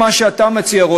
חברי חברי הכנסת,